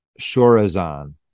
Shorazan